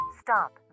Stop